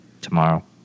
tomorrow